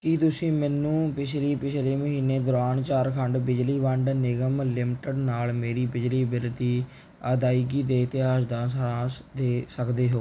ਕੀ ਤੁਸੀਂ ਮੈਨੂੰ ਪਿਛਲੀ ਪਿਛਲੇ ਮਹੀਨੇ ਦੌਰਾਨ ਝਾਰਖੰਡ ਬਿਜਲੀ ਵੰਡ ਨਿਗਮ ਲਿਮਟਿਡ ਨਾਲ ਮੇਰੀ ਬਿਜਲੀ ਬਿੱਲ ਦੀ ਅਦਾਇਗੀ ਦੇ ਇਤਿਹਾਸ ਦਾ ਸਾਰਾਂਸ਼ ਦੇ ਸਕਦੇ ਹੋ